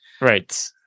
right